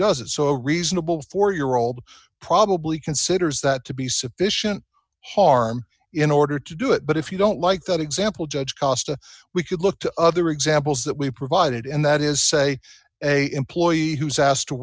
does it so reasonable four year old probably considers that to be sufficient harm in order to do it but if you don't like that example judge costa we could look to other examples that we provided and that is say a employee who's asked to